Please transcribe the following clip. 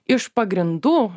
iš pagrindų